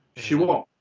she won't,